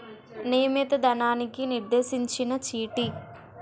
నియమిత ధనానికి నిర్దేశించిన చీటీ